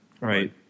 Right